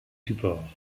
supports